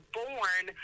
born